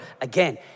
again